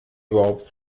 überhaupt